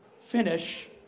finish